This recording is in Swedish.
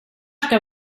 ska